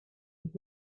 with